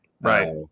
right